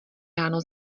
ráno